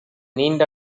நீண்ட